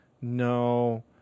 No